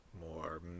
more